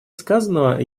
сказанного